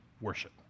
worship